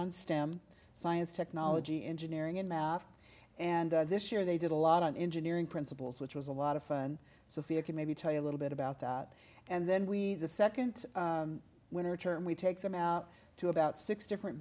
on stem science technology engineering and math and this year they did a lot of engineering principles which was a lot of fun sophia can maybe tell you a little bit about that and then we the second winter term we take them out to about six different